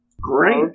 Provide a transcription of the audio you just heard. Great